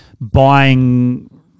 buying